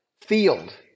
field